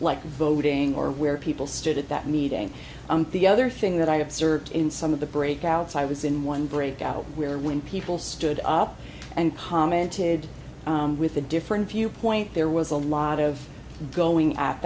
like voting or where people stood at that meeting the other thing that i have served in some of the break outs i was in one breakout where when people stood up and commented with a different viewpoint there was a lot of going at